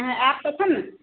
अहाँ आयब तखन ने